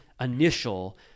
initial